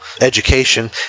education